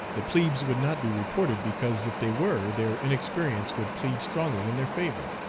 the plebes would not be reported, because if they were their inexperience would plead strongly in their favor,